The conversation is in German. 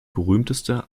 berühmteste